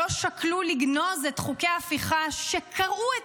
לא שקלו לגנוז את חוקי ההפיכה שקרעו את